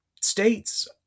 states